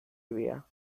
area